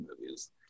movies